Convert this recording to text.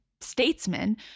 statesman